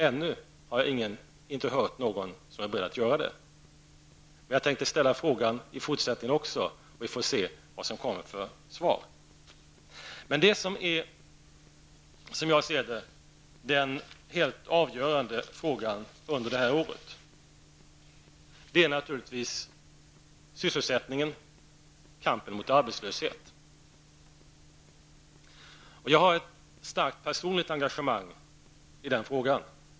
Ännu har jag inte hört någon som är beredd att göra det. Jag tänker ställa frågan i fortsättningen också, och vi får se vad jag kommer att få för svar. Det som är den helt avgörande frågan, som jag ser det, under det här året är naturligtvis sysselsättningen, kampen mot arbetslöshet. Jag har ett starkt personligt engagemang i denna fråga.